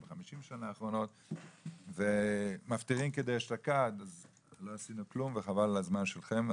או בחמישים שנה האחרונות ומפטירין כדאשתקד וחבל על הזמן שלכם,